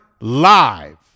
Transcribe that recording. live